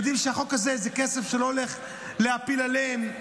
והם יודעים שהחוק הזה זה כסף שלא הולך להפיל עליהם,